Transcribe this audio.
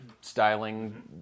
styling